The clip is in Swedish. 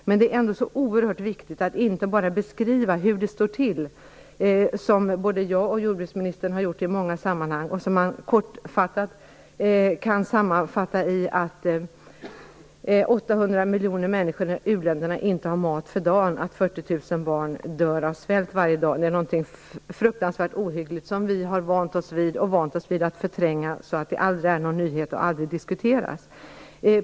Men det är ändå så oerhört viktigt att inte bara beskriva hur det står till, som både jag och jordbruksministern har gjort i många sammanhang, och som man kortfattat kan sammanfatta i att 800 miljoner människor i u-länderna inte har mat för dagen, att 40 000 barn dör av svält varje dag. Det är någonting fruktansvärt ohyggligt som vi har vant oss vid och vant oss vid att förtränga så att det aldrig är någon nyhet och aldrig diskuteras.